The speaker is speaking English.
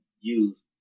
use